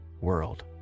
world